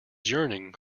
yearning